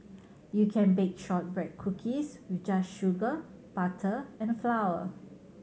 you can bake shortbread cookies with just sugar butter and flour